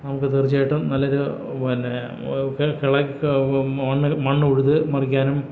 നമുക്ക് തീർച്ചയായിട്ടും നല്ലൊരു പെന്നെ കിളയ്ക്കുക മണ്ണ് മണ്ണുഴുത് മറിക്കാനും